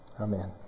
Amen